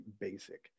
basic